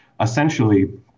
essentially